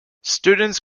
students